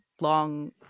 long